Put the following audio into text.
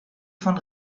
von